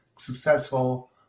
successful